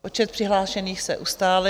Počet přihlášených se ustálil.